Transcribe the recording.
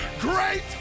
great